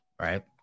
right